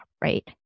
right